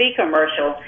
commercial